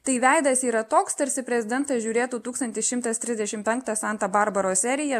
tai veidas yra toks tarsi prezidentas žiūrėtų tūkstantis šimtas trisdešimt penktą santa barbaros seriją